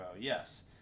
yes